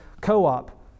co-op